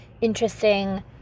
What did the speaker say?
interesting